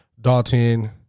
Dalton